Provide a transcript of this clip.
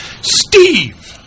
Steve